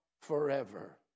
forever